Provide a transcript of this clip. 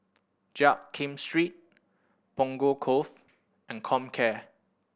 Jiak Kim Street Punggol Cove and Comcare